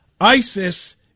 ISIS